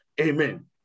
Amen